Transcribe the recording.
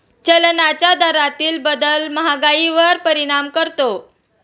चलनाच्या दरातील बदल महागाईवर परिणाम करतो